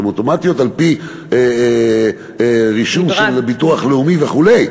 הן אוטומטיות על-פי רישום של הביטוח הלאומי וכו'.